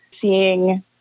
seeing